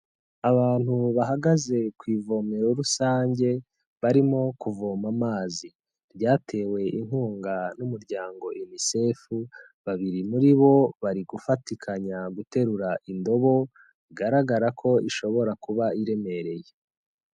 Abantu bahagaze ku ivomero rusange barimo kuvoma amazi, ryatewe inkunga n'umuryango Unicef, babiri muri bo bari gufatikanya guterura indobo bigaragara ko ishobora kuba iremereye.